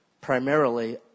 primarily